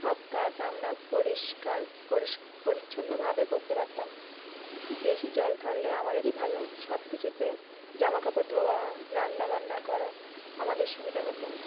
সব কাজ আমরা পরিষ্কার পরিচ্ছন্নভাবে করতে পারতাম বেশি জল থাকলে আমাদেরই ভালো সব কিছুতে জামা কাপড় ধোয়া বান্না করা আমাদের সুবিধা হতো